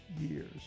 years